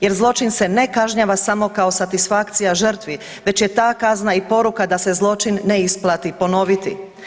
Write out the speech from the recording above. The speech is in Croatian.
Jer zločin se ne kažnjava samo kao satisfakcija žrtvi, već je ta kazna i poruka da se zločin ne isplati ponoviti.